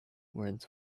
words